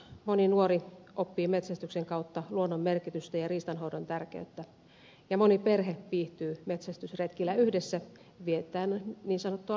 moni nuori oppii metsästyksen kautta luonnon merkitystä ja riistanhoidon tärkeyttä ja moni perhe viihtyy metsästysretkillä yhdessä viettäen niin sanottua laatuaikaa